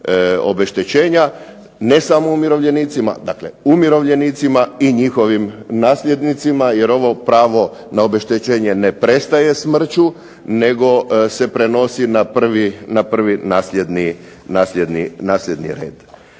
obeštećenja, ne samo umirovljenicima, umirovljenicima i njihovim nasljednicima jer ovo pravo na obeštećenje ne prestaje smrću nego se prenosi na prvi nasljedni red.